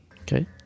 Okay